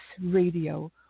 Radio